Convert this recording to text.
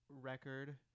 record